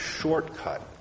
shortcut